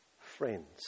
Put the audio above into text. friends